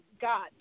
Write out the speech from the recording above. God